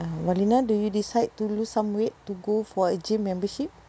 wardina do you decide to lose some weight to go for a gym membership